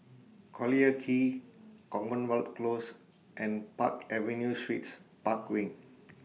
Collyer Quay Commonwealth Close and Park Avenue Suites Park Wing